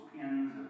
pins